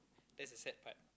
that's the setback